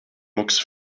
mucks